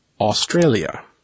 Australia